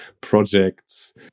projects